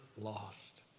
lost